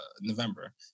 November